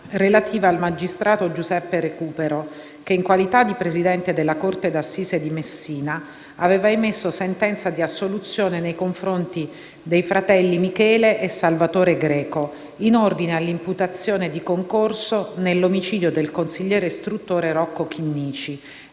relativa al magistrato Giuseppe Recupero che, in qualità di presidente della corte d'assise di Messina, aveva emesso sentenza di assoluzione nei confronti dei fratelli Michele e Salvatore Greco in ordine alla imputazione di concorso nell'omicidio del consigliere istruttore Rocco Chinnici,